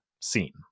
scene